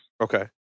Okay